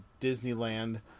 Disneyland